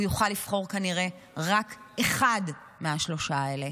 הוא יוכל לבחור כנראה רק אחד מהשלושה האלה.